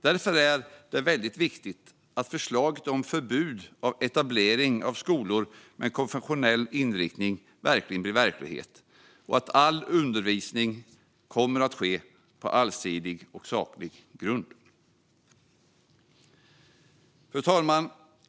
Därför är det viktigt att förslaget om förbud mot etablering av skolor med konfessionell inriktning blir verklighet och att all undervisning sker på allsidig och saklig grund. Fru talman!